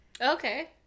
Okay